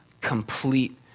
complete